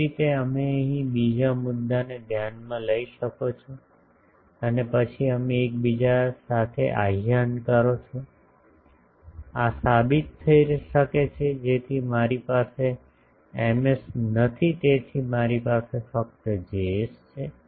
તે જ રીતે તમે અહીં બીજા મુદ્દાને ધ્યાનમાં લઈ શકો છો અને પછી તમે એકબીજા સાથે આહ્વાન કરો છો આ સાબિત થઈ શકે છે જેથી મારી પાસે Ms નથી તેથી મારી પાસે ફક્ત Js છે